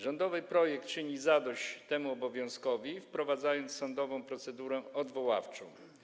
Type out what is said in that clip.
Rządowy projekt czyni zadość temu obowiązkowi, wprowadzając sądową procedurę odwoławczą.